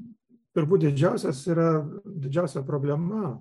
turbūt didžiausias yra didžiausia problema